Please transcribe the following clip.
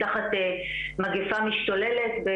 תחת מגיפה משתוללת,